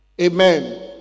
Amen